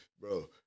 Bro